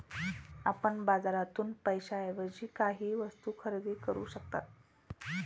आपण बाजारातून पैशाएवजी काहीही वस्तु खरेदी करू शकता